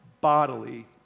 bodily